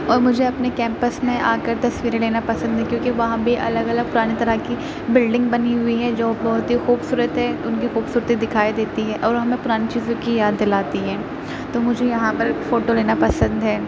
اور مجھے اپنے کیمپس میں آ کر تصویریں لینا پسند ہے کیونکہ وہاں پہ الگ الگ پرانی طرح کی بلڈنگ بنی ہوئی ہیں جو بہت ہی خوبصورت ہے ان کی خوبصورتی دکھائی دیتی ہے اور وہ ہمیں پرانی چیزوں کی یاد دلاتی ہیں تو مجھے یہاں پر فوٹو لینا پسند ہے